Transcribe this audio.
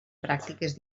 pràctiques